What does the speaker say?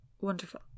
wonderful